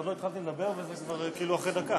עוד לא התחלתי לדבר וזה כבר כאילו אחרי דקה.